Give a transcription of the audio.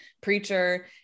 preacher